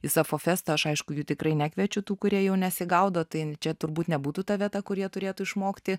į sapfo festą aš aišku jų tikrai nekviečiu tų kurie jau nesigaudo tai čia turbūt nebūtų ta vieta kur jie turėtų išmokti